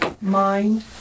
mind